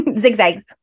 zigzags